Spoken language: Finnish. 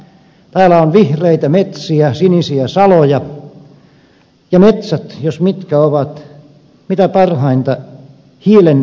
täällä on vihreitä metsiä sinisiä saloja ja metsät jos mitkä ovat mitä parhainta hiilensidontaa